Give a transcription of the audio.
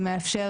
שמאפשר